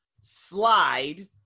slide